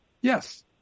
Yes